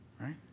right